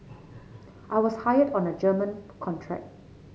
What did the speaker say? I was hired on a German contract